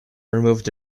removed